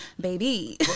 baby